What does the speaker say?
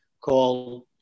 called